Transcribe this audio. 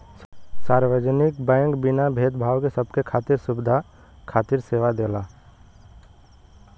सार्वजनिक बैंक बिना भेद भाव क सबके खातिर सुविधा खातिर सेवा देला